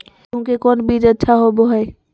गेंहू के कौन बीज अच्छा होबो हाय?